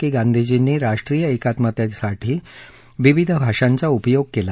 की गांधीजींनी राष्ट्रीय एकात्मतेसाठी विविध भाषाचं उपयोग केला